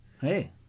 hey